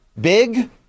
big